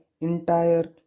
entire